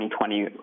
2020